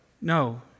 no